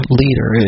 leader